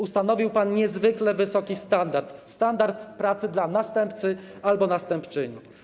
Ustanowił pan niezwykle wysoki standard, standard pracy dla następcy albo następczyni.